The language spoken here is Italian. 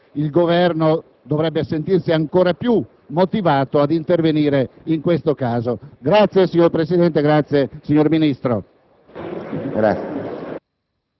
il Governo dovrebbe sentirsi ancora più motivato ad intervenire in questa circostanza. Grazie, signor Presidente; grazie, signor Ministro.